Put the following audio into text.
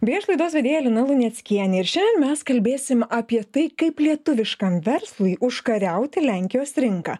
bei aš laidos vedėja lina luneckienė ir šiandien mes kalbėsim apie tai kaip lietuviškam verslui užkariauti lenkijos rinką